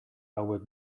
hauek